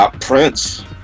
Prince